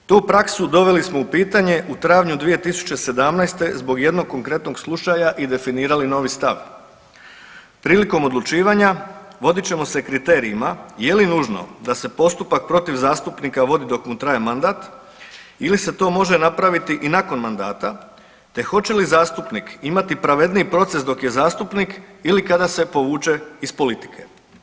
Tu praksu doveli smo u pitanje u travnju 2017. zbog jednog konkretnog slučaja i definirali novi stav, prilikom odlučivanja vodite ćemo se kriterijima je li nužno da se postupak protiv zastupnika vodi dok mu traje mandat ili se to može napraviti i nakon mandata te hoće li zastupnik imati pravedniji proces dok je zastupnik ili kada se povuče iz politike.